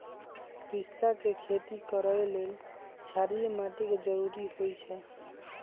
पिस्ता के खेती करय लेल क्षारीय माटी के जरूरी होई छै